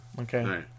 Okay